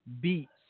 beats